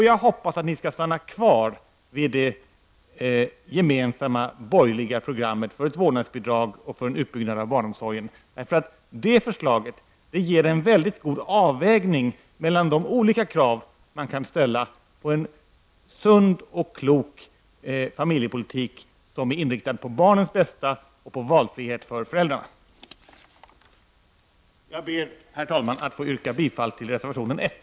Jag hoppas också att ni skall stanna kvar vid det gemensamma borgerliga programmet för ett vårdnadsbidrag och för en utbyggnad av barnomsorgen. Det förslaget ger en mycket god avvägning mellan de olika krav som man kan ställa på en sund och klok familjepolitik, inriktad på barnens bästa och på valfrihet för föräldrarna. Jag ber, herr talman, att få yrka bifall till reservationen 1.